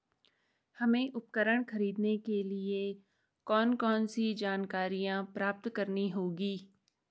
हमें उपकरण खरीदने के लिए कौन कौन सी जानकारियां प्राप्त करनी होगी?